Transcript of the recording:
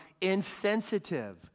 insensitive